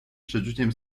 przeczuciem